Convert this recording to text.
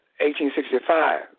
1865